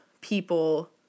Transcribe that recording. people